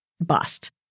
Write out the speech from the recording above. bust